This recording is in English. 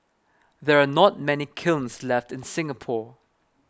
there are not many kilns left in Singapore